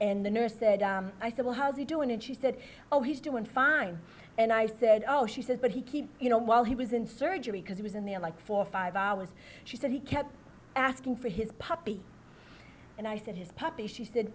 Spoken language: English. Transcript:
and the nurse said i said well how's he doing and she said oh he's doing fine and i said oh she said but he keeps you know while he was in surgery because he was in the air like for five hours she said he kept asking for his puppy and i said his puppy she said